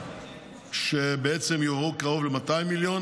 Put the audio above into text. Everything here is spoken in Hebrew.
אומנם דרש שבעצם יועברו קרוב ל-200 מיליון,